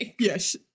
Yes